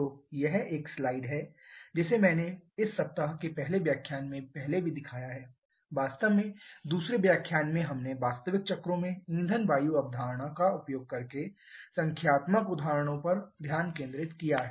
तो यह एक स्लाइड है जिसे मैंने इस सप्ताह के पहले व्याख्यान में पहले भी दिखाया है वास्तव में दूसरे व्याख्यान में हमने वास्तविक चक्रों में ईंधन वायु अवधारणा का उपयोग करके संख्यात्मक उदाहरणों पर ध्यान केंद्रित किया है